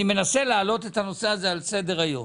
אני מנסה להעלות את הנושא הזה על סדר היום